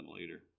later